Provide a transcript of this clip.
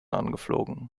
angeflogen